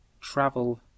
travel